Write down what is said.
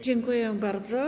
Dziękuję bardzo.